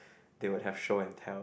they would have show and tell